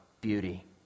Beauty